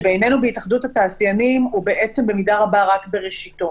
שבעינינו בהתאחדות התעשיינים הוא בעצם במידה רבה רק בראשיתו.